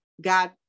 God